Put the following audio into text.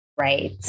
Right